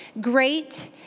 Great